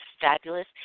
fabulous